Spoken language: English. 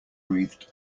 breathed